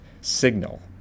signal